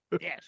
Yes